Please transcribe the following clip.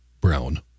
brown